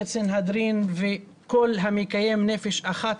וממסכת סנהדרין: "כול המקיים נפש אחת